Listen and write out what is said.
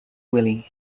willie